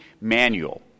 manual